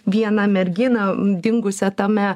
vieną merginą dingusią tame